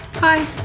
Bye